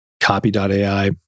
Copy.ai